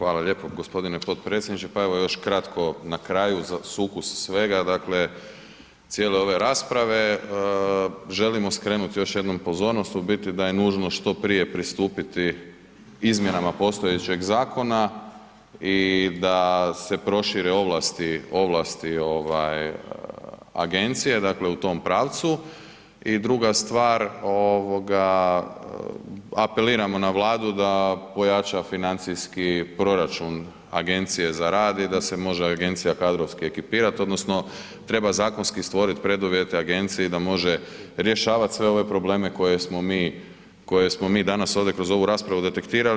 Hvala lijepo g. potpredsjedniče, pa evo još kratko na kraju za sukus svega, dakle cijele ove rasprave, želimo skrenut još jednom pozornost u biti da je nužno što prije pristupiti izmjenama postojećeg zakona i da se prošire ovlasti, ovlasti ovaj agencije, dakle u tom pravcu i druga stvar ovoga apeliramo na Vladu da pojača financijski proračun agencije za rad i da se može agencija kadrovski ekipirat odnosno treba zakonski stvorit preduvjete agenciji da može rješavat sve ove probleme koje smo mi, koje smo mi danas ovdje kroz ovu raspravu detektirali.